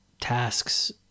tasks